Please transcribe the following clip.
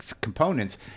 Components